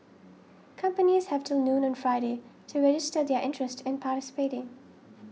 companies have till noon on Friday to register their interest in participating